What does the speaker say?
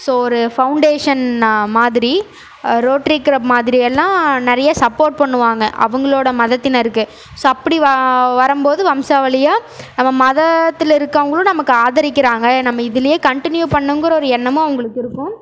so ஒரு foundation மாதிரி rotary club மாதிரியெல்லாம் நிறைய சப்போர்ட் பண்ணுவாங்க அவங்களோடய மதத்தினருக்கு ஸோ அப்படி வ வரும்போது வம்சா வழியாக நம்ம மதத்தில் இருக்கிறவங்களும் நமக்கு ஆதரிக்கிறாங்க நம்ம இதிலயே கண்ட்டினியூ பண்ணனும்கிற ஒரு எண்ணமும் அவர்களுக்கு இருக்கும்